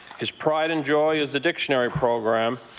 his pride and joy is the dictionary program,